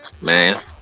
man